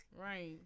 right